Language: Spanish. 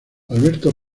alberto